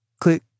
click